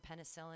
penicillin